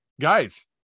Guys